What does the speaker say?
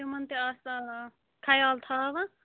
تِمَن تہِ آسان خیال تھاوان